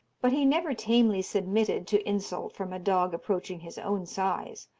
but he never tamely submitted to insult from a dog approaching his own size,